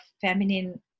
feminine